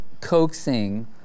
coaxing